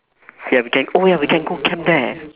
ya we can oh ya we can go camp there